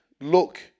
look